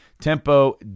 tempo